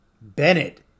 Bennett